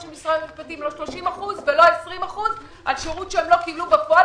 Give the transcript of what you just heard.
של משרד המשפטים - ולא 20 אחוזים על שירות שהם לא קיבלו בפועל,